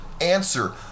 Answer